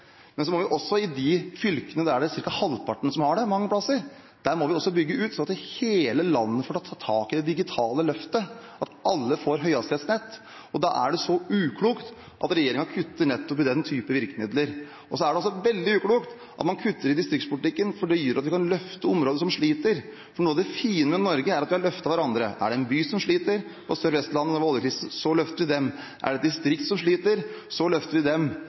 Men så må vi også bygge ut i de fylkene der det, mange steder, er ca. halvparten som har det, slik at hele landet får ta del i det digitale løftet, at alle får høyhastighetsnett. Da er det så uklokt at regjeringen kutter nettopp i den typen virkemidler. Det er også veldig uklokt at man kutter i distriktspolitikken, for den gjør at vi kan løfte områder som sliter. Noe av det fine med Norge er at vi har løftet hverandre. Er det en by som sliter – eller Sør-Vestlandet da det var oljekrise – så løfter vi dem. Er det et distrikt som sliter, så løfter vi dem.